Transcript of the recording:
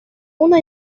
una